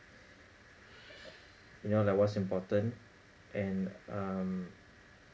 you know that was important and um